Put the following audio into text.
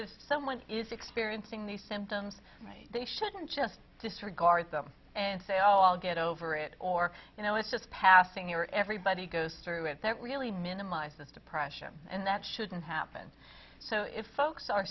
if someone is experiencing these symptoms they shouldn't just disregard them and say oh i'll get over it or you know it's just passing or everybody goes through it that really minimizes depression and that shouldn't happen so if folks are